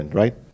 right